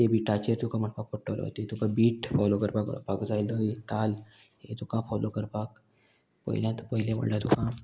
ते बिटाचेर तुका म्हणपाक पडटलो ते तुका बीट फोलो करपाक कळपाक जाय लय ताल ही तुका फोलो करपाक पयल्यांत पयलें म्हणल्यार तुका